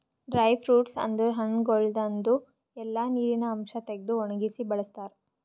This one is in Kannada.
ಡ್ರೈ ಫ್ರೂಟ್ಸ್ ಅಂದುರ್ ಹಣ್ಣಗೊಳ್ದಾಂದು ಎಲ್ಲಾ ನೀರಿನ ಅಂಶ ತೆಗೆದು ಒಣಗಿಸಿ ಬಳ್ಸತಾರ್